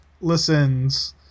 listens